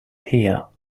hear